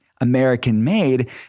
American-made